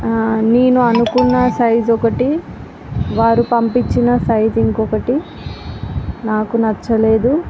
నేను అనుకున్న సైజ్ ఒకటి వాడు పంపించిన సైజ్ ఇంకొకటి నాకు నచ్చలేదు